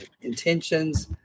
intentions